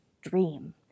dream